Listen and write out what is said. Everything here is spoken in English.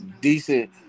decent